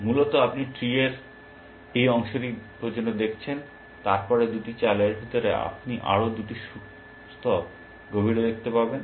মূলত আপনি ট্রির এই অংশটি পর্যন্ত দেখেছেন এবং তারপরে দুটি চালের পরে আপনি আরও দুটি স্তর গভীরে দেখতে পাবেন